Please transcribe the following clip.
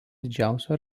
didžiausių